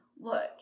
Look